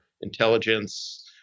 intelligence